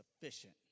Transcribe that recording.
sufficient